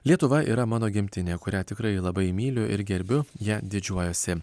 lietuva yra mano gimtinė kurią tikrai labai myliu ir gerbiu ja didžiuojuosi